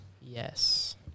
yes